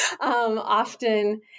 Often